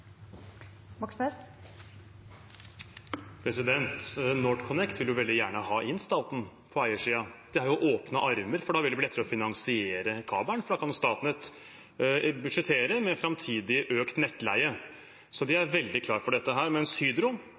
jo åpne armer. Da ville det bli lettere å finansiere kabelen, for da kan Statnett budsjettere med framtidig økt nettleie. Så de er veldig klar for dette, mens Hydro